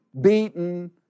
beaten